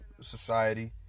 society